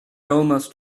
almost